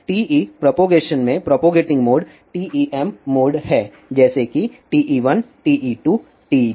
तो TE propagation में propagating mode TEm mode है जैसे कि TE1 TE2 TE3 इस तरह हैं